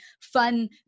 fun